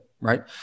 Right